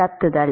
நடத்துதல்